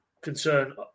concern